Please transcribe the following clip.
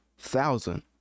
thousand